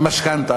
המשכנתה.